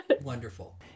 Wonderful